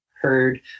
heard